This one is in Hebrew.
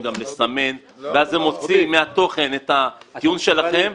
גם לסמן ואז זה מרוקן מתוכן את הטיעון שלכם,